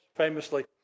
Famously